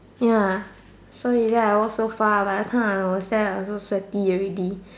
ya so you see I walk so far by the time I was there I was so sweaty already